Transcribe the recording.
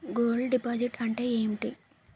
Gold deposit అంతే ఎంటి?